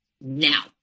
now